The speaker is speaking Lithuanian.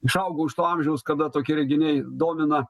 išaugau iš to amžiaus kada tokie reginiai domina